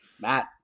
Matt